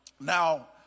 Now